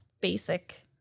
Basic